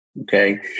Okay